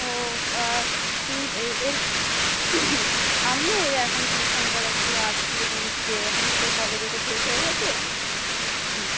ও আর তুই আমিও ওই এখন টিউশন পড়াচ্ছি আর কি এখন তো কলেজও তো শেষ হয়ে গেছে